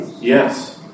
Yes